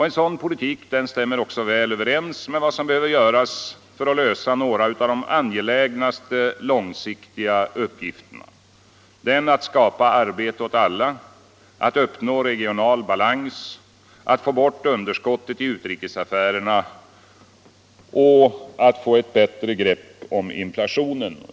En sådan politik stämmer också väl överens med vad som behöver göras för att lösa några av de angelägnaste långsiktiga uppgifterna: att skapa arbete åt alla, att uppnå regional balans, att få bort underskottet i utrikesaffärerna samt att få ett bättre grepp om inflationen.